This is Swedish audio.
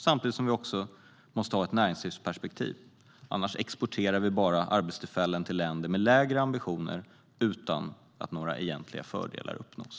Samtidigt måste vi ha ett näringslivsperspektiv - annars exporterar vi bara arbetstillfällen till länder med lägre ambitioner utan att några egentliga fördelar uppnås.